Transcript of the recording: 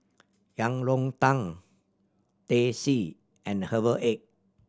Yang Rou Tang Teh C and herbal egg